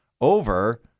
over